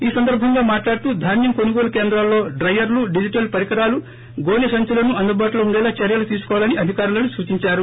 ఈ సందర్బంగా మాట్లాడుతూ ధాన్యం కొనుగోలు కేంద్రాల్లో డ్రయర్లు డిజిటల్ పరికరాలు గోనె సంచులను అందుబాటులో ఉండేలా చర్యలు తీసుకోవాలని అధికారులకు సూచించారు